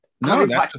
No